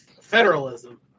federalism